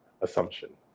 assumption